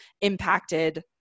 impacted